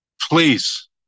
please